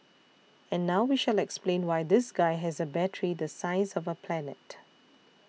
and now we shall explain why this guy has a battery the size of a planet